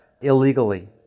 illegally